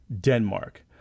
Denmark